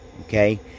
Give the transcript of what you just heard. Okay